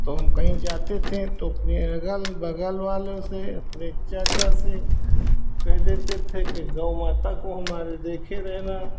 तो हम कहीं जाते थे तो अपने अलग बगल वालों से अपने चाचा से कह देते थे कि गौ माता को हमारी देखे रहना